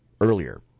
earlier